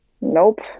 Nope